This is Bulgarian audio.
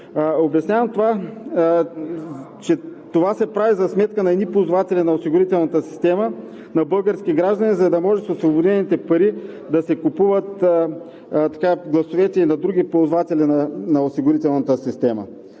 Обяснявам, че то се прави за сметка на едни ползватели на осигурителната система на български граждани, за да може с освободените пари да се купуват гласовете и на други ползватели на осигурителната система.